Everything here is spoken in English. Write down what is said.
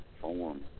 form